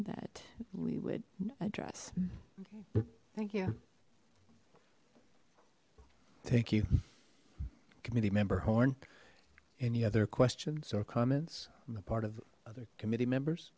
that we would address okay thank you thank you committee member horn any other questions or comments on the part of other committee members